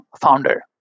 founder